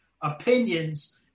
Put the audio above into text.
opinions